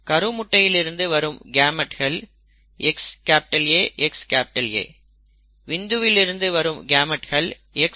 கரு முட்டையிலிருந்து வரும் கேமெட்கள் XAXA விந்துவில் இருந்து வரும் கேமெட்கள் XaY